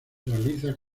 realiza